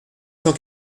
cent